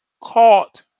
caught